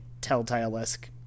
telltale-esque